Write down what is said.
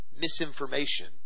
misinformation